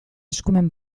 eskumen